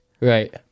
Right